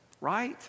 right